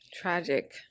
Tragic